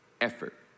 effort